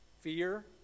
fear